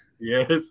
Yes